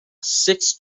six